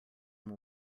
will